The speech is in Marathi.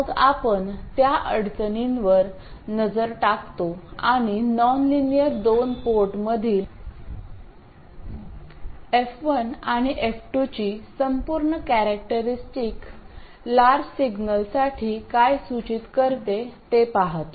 मग आपण त्या अडचणींवर नजर टाकतो आणि नॉनलिनियर दोन पोर्टमधील f1 आणि f2 ची संपूर्ण कॅरेक्टेरीस्टिक लार्ज सिग्नलसाठी काय सूचित करते ते पहातो